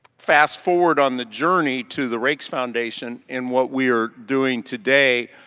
fast forward on the journey to the raikes foundation, and what we are doing today,